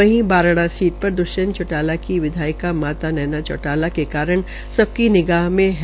वहीं बारड़ा सीट द्वष्यंत चौटाला की विधायक माता नैना चौटाला के कारण सबकी निगाह में है